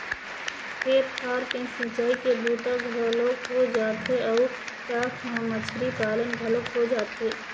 खेत खार के सिंचई के बूता घलोक हो जाथे अउ साथ म मछरी पालन घलोक हो जाथे